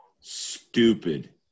Stupid